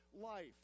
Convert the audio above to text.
life